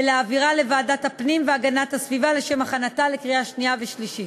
ולהעבירה לוועדת הפנים והגנת הסביבה לשם הכנתה לקריאה שנייה ושלישית.